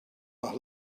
nach